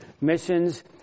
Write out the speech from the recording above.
missions